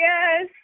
Yes